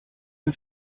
ein